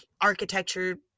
architecture